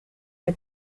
que